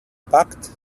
packed